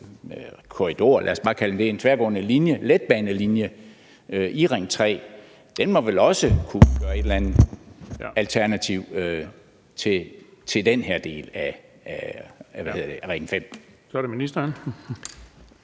korridor, lad os bare kalde den det, en tværgående letbanelinje i Ring 3, må den vel også kunne udgøre et eller andet alternativ til den her del af Ring 5. Kl. 17:10 Den